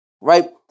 right